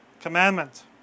commandment